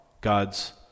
God's